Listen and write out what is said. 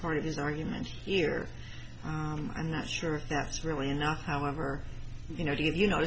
part of his argument here i'm not sure if that's really enough however you know